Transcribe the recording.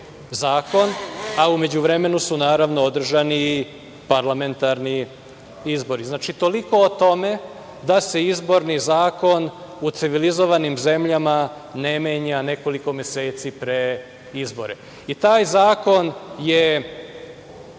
zakon, a u međuvremenu su, naravno, održani i parlamentarni izbori. Znači, toliko o tome da se izborni zakon u civilizovanim zemljama ne menja nekoliko meseci pre izbora. Taj zakon je